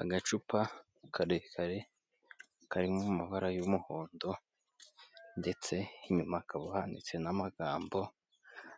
Agacupa karekare karimo amabara y'umuhondo ndetse inyuma hakaba handitse n'amagambo